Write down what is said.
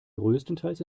größtenteils